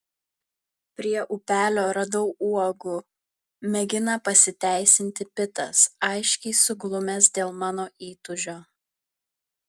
prie upelio radau uogų mėgina pasiteisinti pitas aiškiai suglumęs dėl mano įtūžio